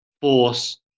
force